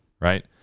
right